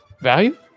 Value